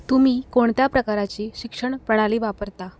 तुम्ही कोणत्या प्रकाराची शिक्षण प्रणाली वापरता